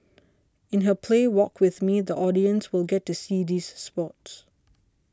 in her play Walk with Me the audience will get to see these spots